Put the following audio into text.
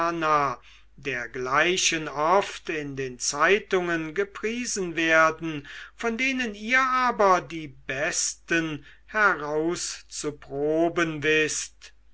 dergleichen oft in den zeitungen gepriesen werden von denen ihr aber die besten herauszuproben wißt